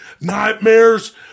nightmares